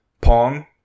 Pong